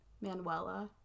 manuela